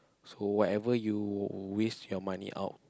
so whatever you waste your money out